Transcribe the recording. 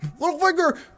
Littlefinger